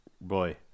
boy